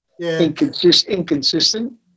Inconsistent